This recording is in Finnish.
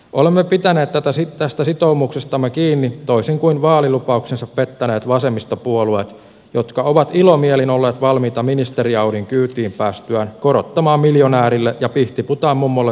olemme pitäneet tästä sitoumuksestamme kiinni toisin kuin vaalilupauksensa pettäneet vasemmistopuolueet jotka ovat ilomielin olleet valmiita ministeri audin kyytiin päästyään korottamaan miljonäärille ja pihtiputaan mummolle samansuuruisia arvonlisäverokantoja